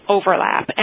overlap